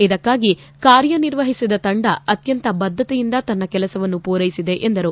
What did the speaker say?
ಇದಕ್ಕಾಗಿ ಕಾರ್ಯನಿರ್ವಹಿಸಿದ ತಂಡ ಅತ್ಯಂತ ಬದ್ದತೆಯಿಂದ ತನ್ನ ಕೆಲಸವನ್ನು ಪೂರೈಸಿದೆ ಎಂದರು